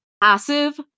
passive